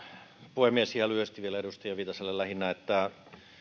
puhemies ihan lyhyesti vielä edustaja viitaselle lähinnä että